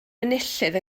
enillydd